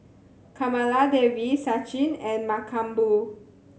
Kamaladevi Sachin and Mankombu